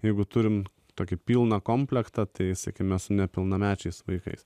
jeigu turime tokį pilną komplektą tai sakykime su nepilnamečiais vaikais